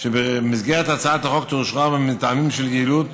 שבמסגרת הצעת החוק תאושרר מטעמים של יעילות,